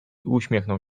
uśmiechnął